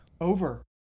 over